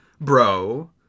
bro